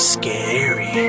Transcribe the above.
scary